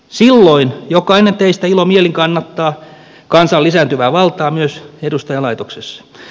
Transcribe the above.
silloin jokainen teistä ilomielin kannattaa kansan lisääntyvää valtaa myös edustajalaitoksessa